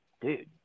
dude